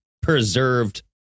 preserved